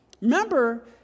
remember